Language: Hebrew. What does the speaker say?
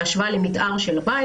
בהשוואה למתאר של הבית.